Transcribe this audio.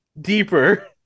deeper